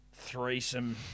threesome